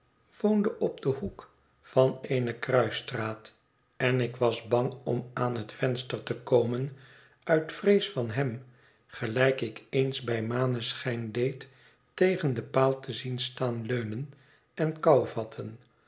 op den hoek van eene kruisstraat en ik was bang om aan het venster te komen uit vrees van hem gelijk ik eens bij maneschijn deed tegen den paal te zien staan leunen en